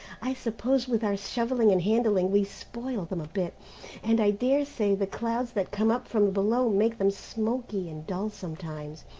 i suppose with our shovelling and handling we spoil them a bit and i daresay the clouds that come up from below make them smoky and dull sometimes.